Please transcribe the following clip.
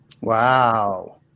Wow